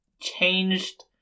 changed